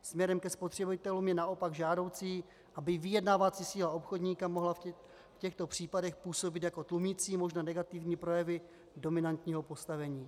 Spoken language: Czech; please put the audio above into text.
Směrem ke spotřebitelům je naopak žádoucí, aby vyjednávací síla obchodníka mohla v těchto případech působit jako tlumící možné negativní dopady dominantního postavení.